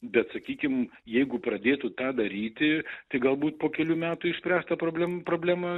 bet sakykim jeigu pradėtų tą daryti tai galbūt po kelių metų išspręs tą problem problemą